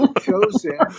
chosen